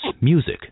music